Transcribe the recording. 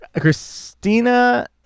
Christina